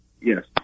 yes